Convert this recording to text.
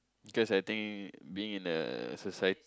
cause I think being in a societ~